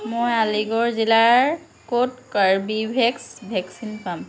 মই আলিগড় জিলাৰ ক'ত কাৰ্বীভেক্স ভেকচিন পাম